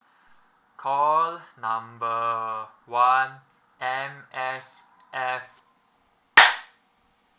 call number one M_S_F